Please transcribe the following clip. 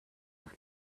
auf